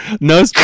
No